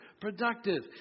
productive